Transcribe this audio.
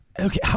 okay